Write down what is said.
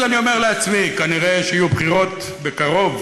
אז אני אומר לעצמי: כנראה יהיו בחירות בקרוב,